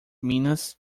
minas